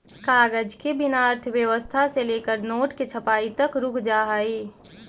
कागज के बिना अर्थव्यवस्था से लेकर नोट के छपाई तक रुक जा हई